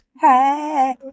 Hey